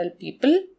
people